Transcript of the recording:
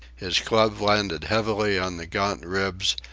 his club landed heavily on the gaunt ribs,